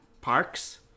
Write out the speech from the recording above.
parks